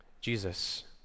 Jesus